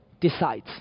decides